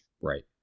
Right